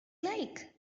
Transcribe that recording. like